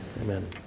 Amen